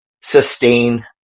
sustain